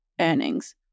earnings